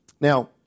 Now